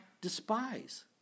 despise